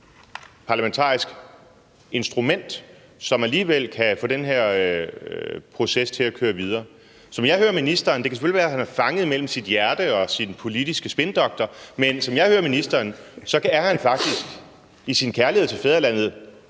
parlamentarisk instrument, så vi alligevel kan få den her proces til at køre videre. Som jeg hører ministeren – det kan selvfølgelig være, han er fanget mellem sit hjerte og sin politiske spindoktor – så er han faktisk i sin kærlighed til fædrelandet